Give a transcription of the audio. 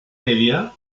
media